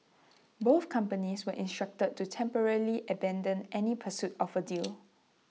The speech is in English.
both companies were instructed to temporarily abandon any pursuit of A deal